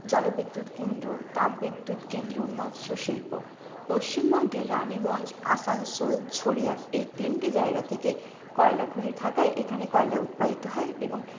জলবিদ্যুৎ কেন্দ্র তাপবিদ্যুৎ কেন্দ্র মৎস্য শিল্প পশ্চিমবঙ্গের রাণীগঞ্জ আসানসোল ঝরিয়া এই তিনটি জায়গা থেকে কয়লা খনি থাকায় এখানে কয়লা উৎপাদিত হয় এবং